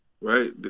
right